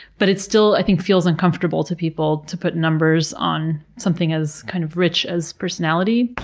but it still, i think, feels uncomfortable to people to put numbers on something as, kind of, rich as personality,